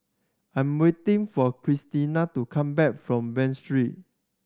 I'm waiting for Christiana to come back from Bain Street